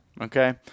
Okay